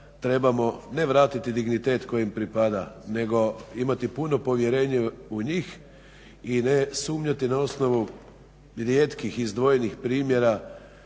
trebao ne vratiti dignitet koji im pripada, nego imati puno povjerenje u njih i ne sumnjati na osnovu rijetkih izdvojenih primjera